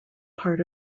part